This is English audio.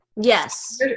yes